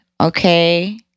okay